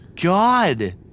god